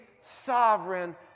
sovereign